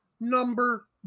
Number